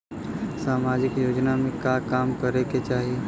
सामाजिक योजना में का काम करे के चाही?